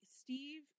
Steve